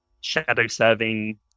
shadow-serving